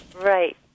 Right